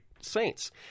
saints